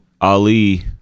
Ali